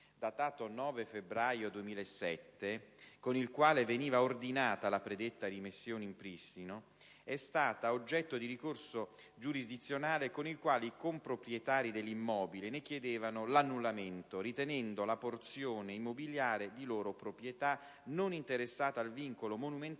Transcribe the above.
datato 9 febbraio 2007, con il quale veniva ordinata la predetta rimessione in pristino, è stato oggetto di ricorso giurisdizionale con il quale i comproprietari dell'immobile ne chiedevano l'annullamento, ritenendo la porzione immobiliare di loro proprietà non interessata al vincolo monumentale